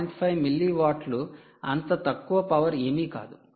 5 మిల్లీవాట్లు అంత తక్కువ పవర్ ఏమి కాదు